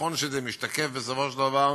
נכון שזה משתקף בסופו של דבר